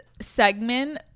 segment